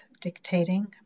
dictating